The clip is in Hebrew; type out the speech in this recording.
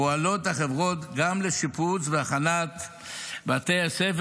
פועלות החברות גם לשיפוץ והכנת בתי הספר